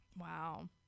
Wow